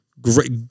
Great